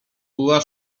była